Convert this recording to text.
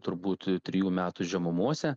turbūt trijų metų žemumose